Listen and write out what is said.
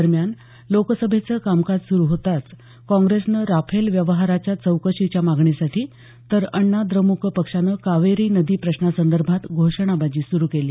दरम्यान लोकसभेचं कामकाज सुरू होताच काँप्रेसनं राफेल व्यवहाराच्या चौकशीच्या मागणीसाठीतर अण्णाद्रमुक पक्षानं कावेरी नदी प्रश्नासंदर्भात घोषणाबाजी सुरू केली